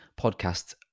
podcast